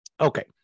Okay